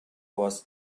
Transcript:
was